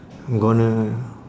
I'm gonna